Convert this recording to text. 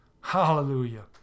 Hallelujah